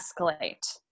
escalate